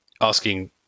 asking